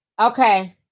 Okay